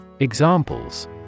Examples